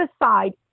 aside